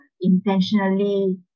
intentionally